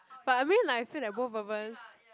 but I mean like I feel like both of us